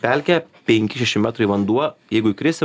pelkė penki šeši metrai vanduo jeigu įkrisi